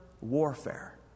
warfare